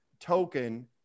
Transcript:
token